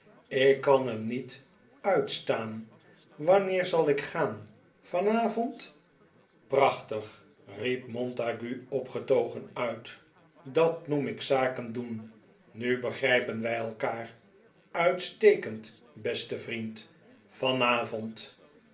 ik kan hem niet uitstaan wanneer zal ik gaan vanavond prachtig riep montague opgetogen uit dat noem ik zaken doen nu begrijpen wij lkaar uitstekend beste vriend vanavond